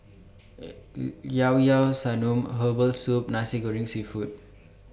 Llao Llao Sanum Herbal Soup Nasi Goreng Seafood